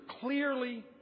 clearly